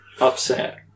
upset